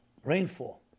Rainfall